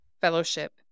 fellowship